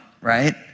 right